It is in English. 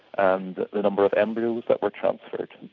and the number of embryos that were transferred.